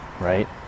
Right